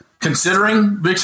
Considering